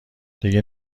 دیگه